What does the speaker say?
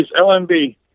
LMB